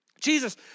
Jesus